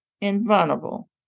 invulnerable